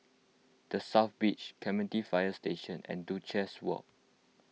the South Beach Clementi Fire Station and Duchess Walk